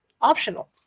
Optional